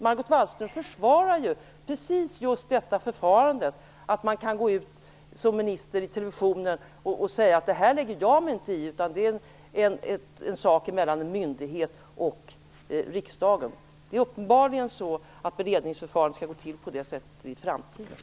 Margot Wallström försvarar ju just detta förfarande, dvs. att en minister kan gå ut i televisionen och säga att det här lägger jag mig inte i, utan det är en sak mellan en myndighet och riksdagen. Det är uppenbarligen på det sättet som beredningen i framtiden skall gå till!